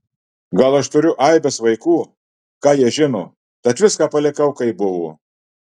gal aš turiu aibes vaikų ką jie žino tad viską palikau kaip buvo